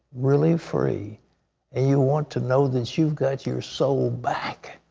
really free, and you want to know that you've got your soul back,